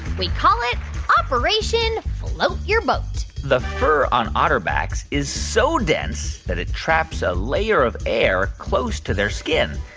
we call it operation float your boat the fur on otter backs is so dense that it traps a layer of air close to their skin.